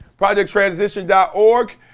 ProjectTransition.org